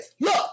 look